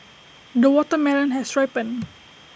the watermelon has ripened